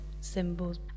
symbols